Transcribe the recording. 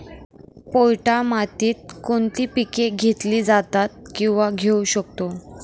पोयटा मातीत कोणती पिके घेतली जातात, किंवा घेऊ शकतो?